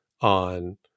on